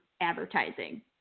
advertising